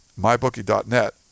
MyBookie.net